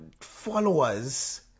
followers